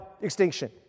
extinction